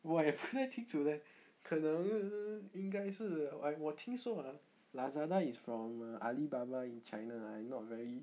我也不太清楚 leh 可能应该是我我听说 uh lazada is from uh alibaba in china ah not very